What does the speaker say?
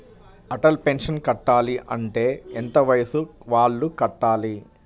Atal pension కట్టాలి అంటే ఎంత వయసు వాళ్ళు కట్టాలి?